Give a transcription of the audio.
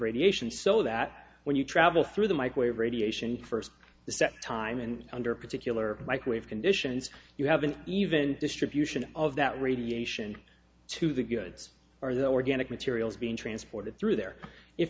radiation so that when you travel through the microwave radiation first step time and under particular microwave conditions you have an even distribution of that radiation to the goods or the organic materials being transported through there if